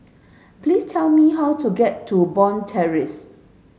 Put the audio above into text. please tell me how to get to Bond Terrace